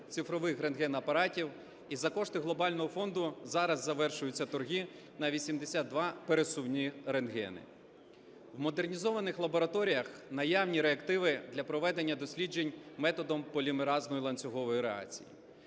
цифрових рентгенапаратів, і за кошти глобального фонду зараз завершуються торги на 82 пересувні рентгени. В модернізованих лабораторіях наявні реактиви для проведення досліджень методом полімеразної ланцюгової реакції.